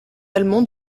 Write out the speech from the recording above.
allemands